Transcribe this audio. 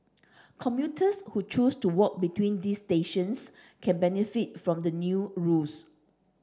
commuters who choose to walk between these stations can benefit from the new rules